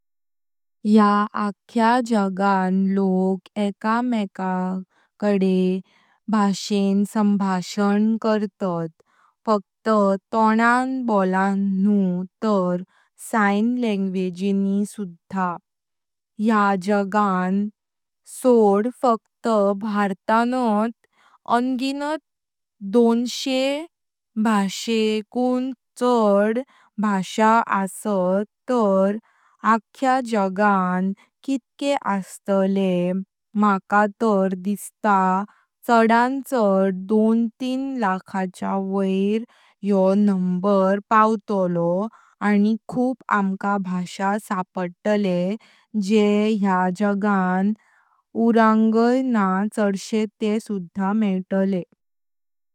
या आख्या जागां लोक एका मेकांदे भाषेण संभाषण करतात। फक्त तोणां बोलण न्हू तर साइन लँग्वेजेन सुद्धा। या जागां सोड फक्त भारतानय अंगीनात दोनशे भाषे कुण चड भाषा असत तर आख्या जागां कितके अस्तले। मका तर दिसता चडां चड दोन तीन लाखांच्या वोर योह नंबर पावल्तलो आनी खूप आमका भाषा सापडल्तले जे या जागां उऱांगाय न्हा चडशे ते सुद्धा मेटले।